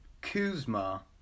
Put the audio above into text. Kuzma